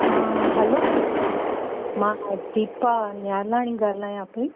हा हलो मां दीपा नियालाणी ॻाल्हायां पई